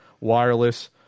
wireless